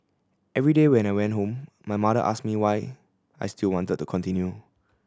every day when I went home my mother asked me why I still wanted to continue